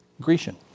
Grecian